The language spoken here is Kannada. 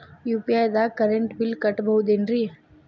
ಯು.ಪಿ.ಐ ದಾಗ ಕರೆಂಟ್ ಬಿಲ್ ಕಟ್ಟಬಹುದೇನ್ರಿ?